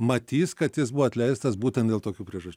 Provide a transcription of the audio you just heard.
matys kad jis buvo atleistas būtent dėl tokių priežasčių